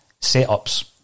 setups